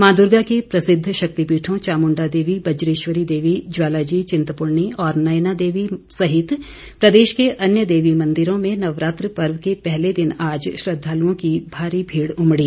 मां दुर्गा के प्रसिद्ध शक्तिपीठों चामुंडा देवी बजेश्वरी देवी ज्वाला जी चिंतपूर्णी त्रिलोकपूर और नयना देवी सहित प्रदेश के अन्य देवी मंदिरों में नवरात्र पर्व के पहले दिन आज श्रद्दालुओं की भारी भीड़ उमड़ी